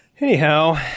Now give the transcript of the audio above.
Anyhow